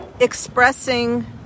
expressing